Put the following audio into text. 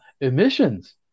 emissions